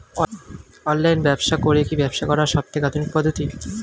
Online ব্যবসা করে কি ব্যবসা করার সবথেকে আধুনিক পদ্ধতি?